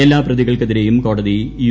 എല്ലാ പ്രതികൾക്കെതിരെയും കോടതി യു